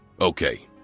Okay